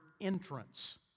entrance